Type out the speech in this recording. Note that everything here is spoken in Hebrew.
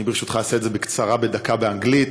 אני, ברשותך, אעשה את זה בקצרה בדקה באנגלית.